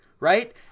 Right